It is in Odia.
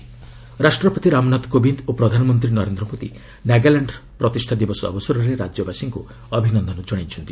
ପ୍ରେକ୍ ପିଏମ୍ ନାଗାଲାଣ୍ଡ ରାଷ୍ଟ୍ରପତି ରାମନାଥ କୋବିନ୍ଦ ଓ ପ୍ରଧାନମନ୍ତ୍ରୀ ନରେନ୍ଦ୍ର ମୋଦି ନାଗାଲାଣ୍ଡ ପ୍ରତିଷ୍ଠା ଦିବସ ଅବସରରେ ରାଜ୍ୟବାସୀଙ୍କୁ ଅଭିନନ୍ଦନ କଣାଇଛନ୍ତି